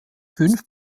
fünf